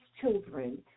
children